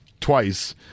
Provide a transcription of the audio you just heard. twice